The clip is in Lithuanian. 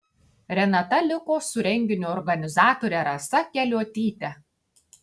renata liko su renginio organizatore rasa keliuotyte